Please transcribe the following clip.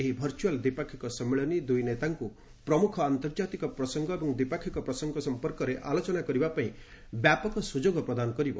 ଏହି ଭର୍ଚୁଆଲ୍ ଦ୍ୱିପାକ୍ଷିକ ସମ୍ମିଳନୀ ଦୁଇ ନେତାଙ୍କୁ ପ୍ରମୁଖ ଆନ୍ତର୍ଜାତିକ ପ୍ରସଙ୍ଗ ଏବଂ ଦ୍ୱିପାକ୍ଷିକ ପ୍ରସଙ୍ଗ ସମ୍ପର୍କରେ ଆଲୋଚନା କରିବାପାଇଁ ବ୍ୟାପକ ସୁଯୋଗ ପ୍ରଦାନ କରିବ